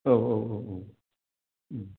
औ औ औ औ